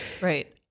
right